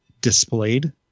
displayed